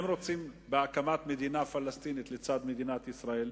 הם רוצים בהקמת מדינה פלסטינית לצד מדינת ישראל,